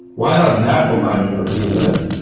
why not nap for five to fifteen minutes,